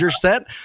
set